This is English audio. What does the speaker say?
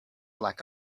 like